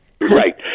Right